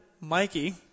Mikey